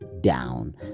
down